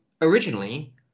originally